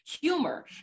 humor